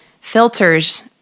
filters